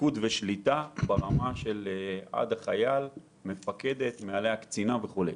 פו"ש עד רמת הפרט.